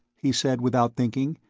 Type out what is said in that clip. he said without thinking,